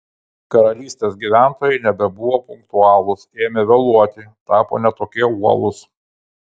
karalystės gyventojai nebebuvo punktualūs ėmė vėluoti tapo ne tokie uolūs